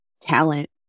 talent